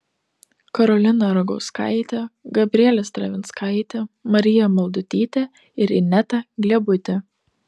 karolina ragauskaitė gabrielė stravinskaitė marija maldutytė ir ineta gliebutė